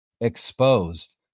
exposed